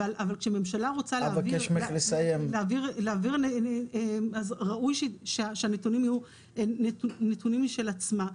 אבל כשממשלה רוצה להעביר אז ראוי שהנתונים יהיו נתונים משל עצמה.